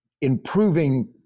improving